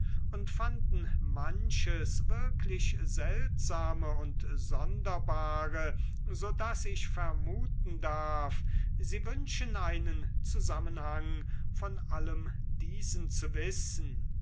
und fanden manches wirklich seltsame und sonderbare so daß ich vermuten darf sie wünschen einen zusammenhang von allem diesem zu wissen